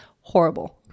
horrible